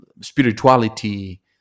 spirituality